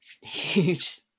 huge